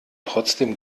trotzdem